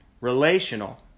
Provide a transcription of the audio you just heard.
relational